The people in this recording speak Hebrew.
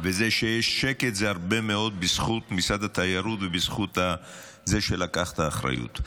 וזה שיש שקט זה הרבה מאוד בזכות משרד התיירות ובזכות זה שלקחת אחריות.